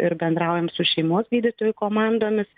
ir bendraujam su šeimos gydytojų komandomis